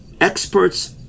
experts